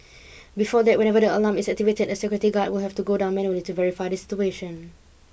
before that whenever the alarm is activated a security guard would have to go down manually to verify the situation